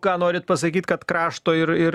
ką norit pasakyti kad krašto ir ir